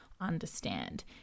understand